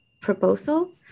proposal